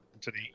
today